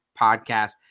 podcast